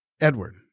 Edward